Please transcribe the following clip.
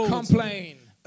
complain